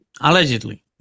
Allegedly